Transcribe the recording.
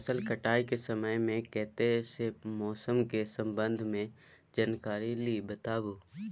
फसल काटय के समय मे कत्ते सॅ मौसम के संबंध मे जानकारी ली बताबू?